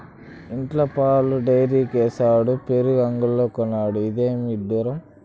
ఇండ్ల పాలు డైరీకేసుడు పెరుగు అంగడ్లో కొనుడు, ఇదేమి ఇడ్డూరం